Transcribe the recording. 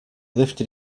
lifted